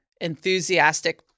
enthusiastic